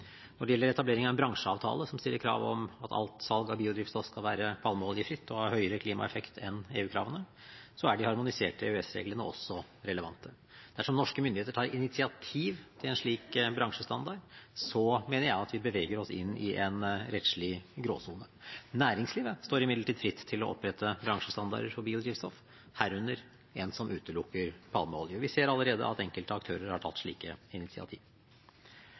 Når det gjelder etablering av en bransjeavtale som stiller krav om at alt salg av biodrivstoff skal være palmeoljefritt og ha høyere klimaeffekt enn EU-kravene, er de harmoniserte EØS-reglene også relevante. Dersom norske myndigheter tar initiativ til en slik bransjestandard, mener jeg at vi beveger oss inn i en rettslig gråsone. Næringslivet står imidlertid fritt til å opprette bransjestandarder for biodrivstoff, herunder en som utelukker palmeolje. Vi ser allerede at enkelte aktører har tatt slike initiativ.